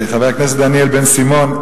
חבר הכנסת דניאל בן-סימון,